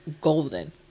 golden